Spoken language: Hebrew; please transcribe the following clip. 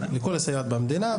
לכל הסייעות במדינה,